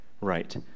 right